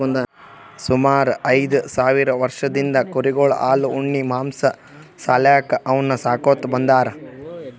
ಸುಮಾರ್ ಐದ್ ಸಾವಿರ್ ವರ್ಷದಿಂದ್ ಕುರಿಗೊಳ್ ಹಾಲ್ ಉಣ್ಣಿ ಮಾಂಸಾ ಸಾಲ್ಯಾಕ್ ಅವನ್ನ್ ಸಾಕೋತ್ ಬಂದಾರ್